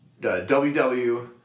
WW